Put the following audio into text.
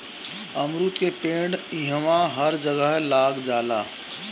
अमरूद के पेड़ इहवां हर जगह लाग जाला